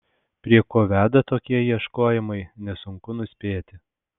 prie ko veda tokie ieškojimai nesunku nuspėti